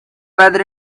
weather